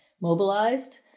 mobilized